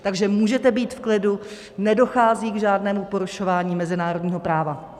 Takže můžete být v klidu, nedochází k žádnému porušování mezinárodního práva.